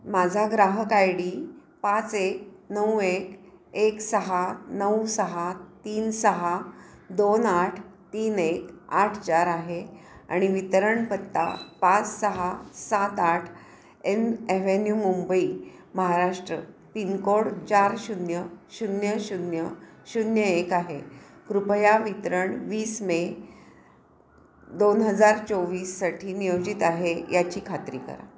माझा ग्राहक I D पाच एक नऊ एक एक सहा नऊ सहा तीन सहा दोन आठ तीन एक आठ चार आहे आणि वितरण पत्ता पाच सहा सात आठ N avenue Mumbai Maharashtra pincode चार शून्य शून्य शून्य शून्य एक आहे कृपया वितरण वीस मे दोन हजार चोवीससाठी नियोजित आहे याची खात्री करा